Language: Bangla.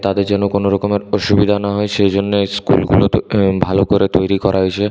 তাদের যেন কোনওরকমের অসুবিধা না হয় সেই জন্যে ইস্কুলগুলো ভালো করে তৈরি করা হয়েছে